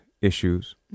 issues